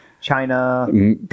China